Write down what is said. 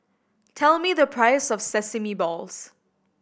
tell me the price of sesame balls